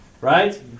right